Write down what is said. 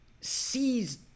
sees